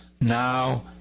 now